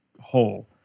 whole